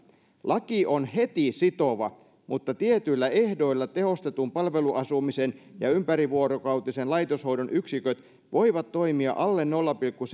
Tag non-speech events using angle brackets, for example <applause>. laki on heti sitova mutta tietyillä ehdoilla tehostetun palveluasumisen ja ympärivuorokautisen laitoshoidon yksiköt voivat toimia alle nolla pilkku <unintelligible>